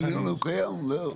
הנה, הוא קיים, זהו.